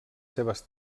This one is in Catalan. seves